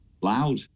loud